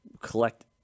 collect